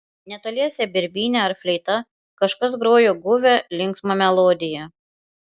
netoliese birbyne ar fleita kažkas grojo guvią linksmą melodiją